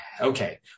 okay